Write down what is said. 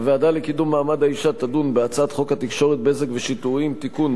הוועדה לקידום מעמד האשה תדון בהצעת חוק התקשורת (בזק ושידורים) (תיקון,